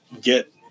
get